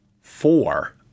Four